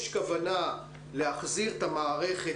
יש כוונה להחזיר את המערכת